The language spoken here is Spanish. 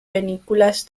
panículas